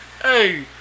Hey